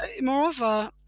Moreover